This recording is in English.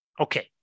Okay